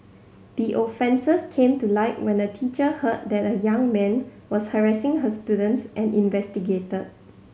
the offences came to light when a teacher heard that a young man was harassing her students and investigated